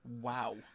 Wow